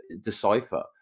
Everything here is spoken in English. decipher